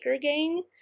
gang